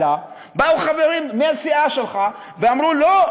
באו חברים מהסיעה שלך ואמרו: לא,